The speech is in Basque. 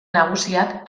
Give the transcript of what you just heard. nagusiak